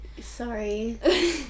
Sorry